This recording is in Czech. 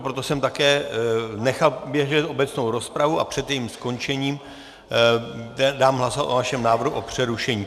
Proto jsem také nechal běžet obecnou rozpravu a před jejím skončením dám hlasovat o vašem návrhu na přerušení.